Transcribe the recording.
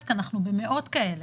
כי אנחנו במאות כאלה,